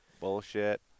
bullshit